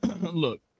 look